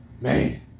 man